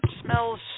smells